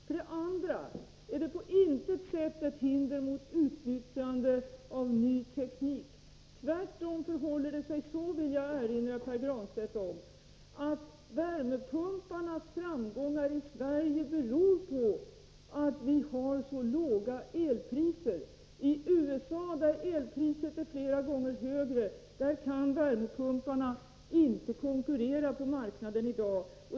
Vidare är det på intet sätt ett hinder för utnyttjande av ny teknik. Tvärtom förhåller det sig så, vill jag erinra Pär Granstedt om, att värmepumparnas framgångar i Sverige beror på att vi har så låga elpriser. I USA, där elpriset är flera gånger högre, kan värmepumparna inte konkurrera på marknaden i dag.